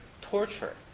torture